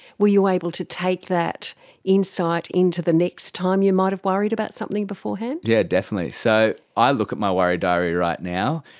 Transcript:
were you able to take that insight into the next time you might have worried about something beforehand? yes, yeah definitely, so i look at my worry diary right now,